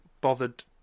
bothered